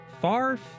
far